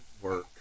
work